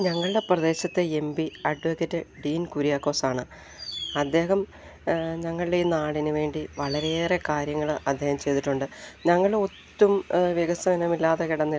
ഞങ്ങളുടെ പ്രദേശത്തെ M P advocate Dean കുരിയാക്കോസാണ് അദ്ദേഹം ഞങ്ങളുടെ ഈ നാടിന് വേണ്ടി വളരെയേറെ കാര്യങ്ങള് അദ്ദേഹം ചെയ്തിട്ടുണ്ട് ഞങ്ങളൊട്ടും വികസനമില്ലാതെ കിടന്നിരുന്ന